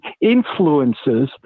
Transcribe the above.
Influences